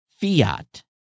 fiat